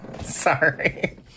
Sorry